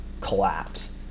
collapse